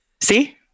See